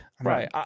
right